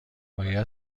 باید